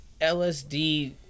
LSD